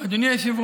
הציבור